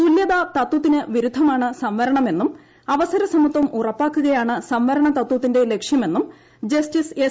തുല്യതാ തത്വത്തിന് വിരുദ്ധമാണ് സംവരണമെന്നും അവസര സമത്വം ഉറപ്പാക്കുകയാണ് സംവരണ തത്വത്തിന്റെ ലക്ഷ്യമെന്നും ജസ്റ്റിസ് എസ്